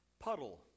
Puddle